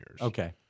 Okay